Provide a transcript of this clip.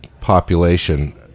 population